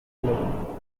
level